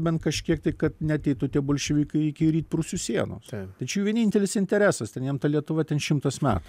bent kažkiek tai kad neateitų tie bolševikai iki rytprūsių sienos tai čia jų vienintelis interesas ten jiem ta lietuva ten šimtas metų